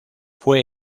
fue